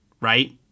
right